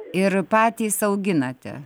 ir patys auginate